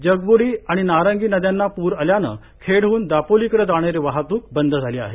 जगब्डी आणि नारंगी नद्यांना पूर आल्यानं खेडहन दापोलीकडे जाणारी वाहतूक बंद झाली आहे